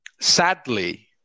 sadly